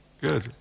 Good